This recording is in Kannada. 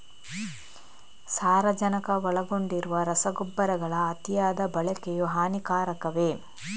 ಸಾರಜನಕ ಒಳಗೊಂಡಿರುವ ರಸಗೊಬ್ಬರಗಳ ಅತಿಯಾದ ಬಳಕೆಯು ಹಾನಿಕಾರಕವೇ?